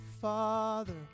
father